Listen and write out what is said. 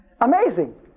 Amazing